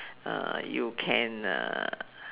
uh you can uh